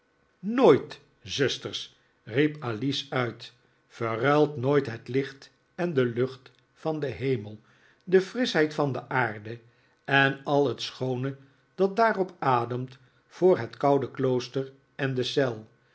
nooit zusters riep alice uit verruilt nooit het licht en de lucht van den hemel r de frischheid van de aarde en al het schoone dat daarop ademt voor het koude klooster en de eel